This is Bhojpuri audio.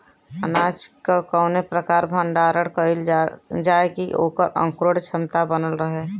अनाज क कवने प्रकार भण्डारण कइल जाय कि वोकर अंकुरण क्षमता बनल रहे?